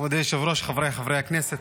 מכובדי היושב-ראש, חבריי חברי הכנסת,